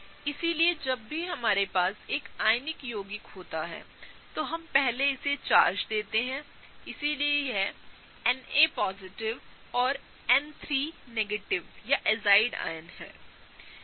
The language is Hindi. इसलिए जब भी हमारे पास एकआयनिकयौगिक होता है तो हम पहले इसे चार्ज देते हैं इसलिए यह Naऔर N3 या एजाइड आयन सही होगा